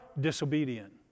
disobedient